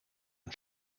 een